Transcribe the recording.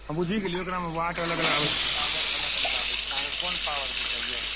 हम बुझि गेलिए ओकरामे वाट अलग अलग आबै छै पावर अलग अलग आबै छै अहाँके कोन पावरके चाहियो